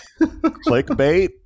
Clickbait